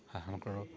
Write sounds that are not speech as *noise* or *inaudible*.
*unintelligible* কৰক